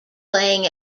playing